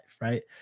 right